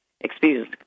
excuse